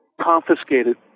confiscated